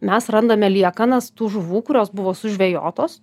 mes randame liekanas tų žuvų kurios buvo sužvejotos